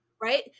right